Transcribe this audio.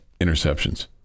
interceptions